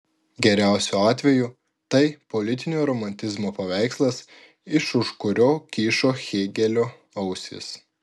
geriausiu atveju tai politinio romantizmo paveikslas iš už kurio kyšo hėgelio ausys